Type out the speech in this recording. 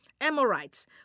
Amorites